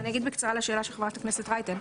אני אגיב בקצרה לשאלה של חברת הכנסת רייטן.